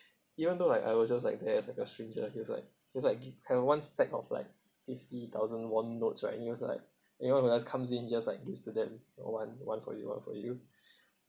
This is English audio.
even though like I was just like there as a stranger he's like he's like g~ have one stack of like fifty thousand won notes right and he was like anyone who like comes in just like this student one one for you one for you